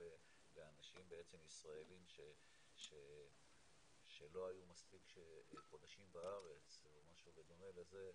לאנשים ישראלים שלא היו מספיק חודשים בארץ או משהו בדומה לזה,